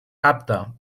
apte